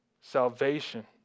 salvation